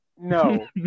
No